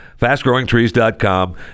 FastGrowingTrees.com